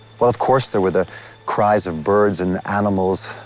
well, of course there were the cries of birds and animals,